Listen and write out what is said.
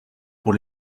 pour